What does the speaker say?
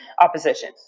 opposition